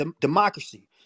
democracy